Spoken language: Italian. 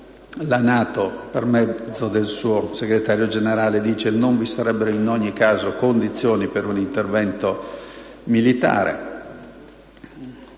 La NATO, per mezzo del suo Segretario generale, ha detto che non vi sarebbero in ogni caso condizioni per un intervento militare.